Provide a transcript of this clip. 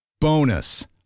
Bonus